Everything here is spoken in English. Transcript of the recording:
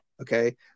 okay